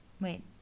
Wait